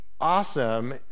awesome